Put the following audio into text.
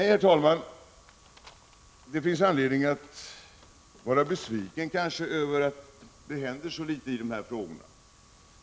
Det finns, herr talman, anledning att vara besviken över att det händer så litet i dessa frågor.